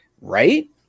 right